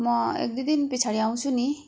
म एक दुई दिन पछाडि आउँछु नि